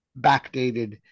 backdated